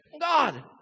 God